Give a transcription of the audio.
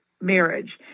marriage